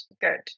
Good